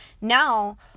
now